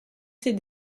ses